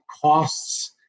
costs